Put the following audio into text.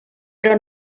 però